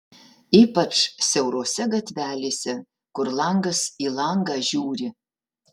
ypač siaurose gatvelėse kur langas į langą žiūri